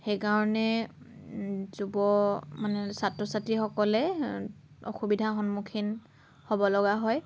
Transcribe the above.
সেইকাৰণে যুৱ মানে ছাত্ৰ ছাত্ৰীসকলে অসুবিধাৰ সন্মুখীন হ'ব লগা হয়